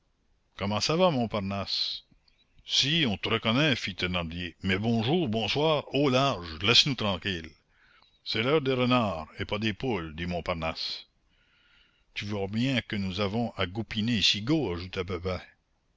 comment ça va montparnasse si on te reconnaît fit thénardier mais bonjour bonsoir au large laisse-nous tranquilles c'est l'heure des renards et pas des poules dit montparnasse tu vois bien que nous avons à goupiner icigo ajouta